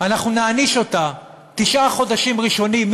אנחנו נעניש: תשעה חודשים ראשונים,